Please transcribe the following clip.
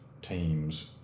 teams